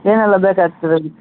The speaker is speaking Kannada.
ಏನೆಲ್ಲ ಬೇಕಾಗ್ತದೆ ಅದು